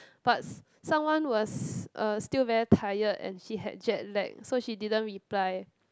but s~ someone was uh still very tired and she had jet lagged so she didn't reply